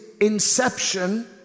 inception